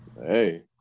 Hey